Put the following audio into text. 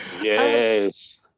Yes